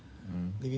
mm